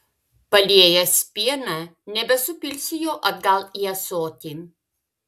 paliejęs pieną nebesupilsi jo atgal į ąsotį